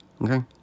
okay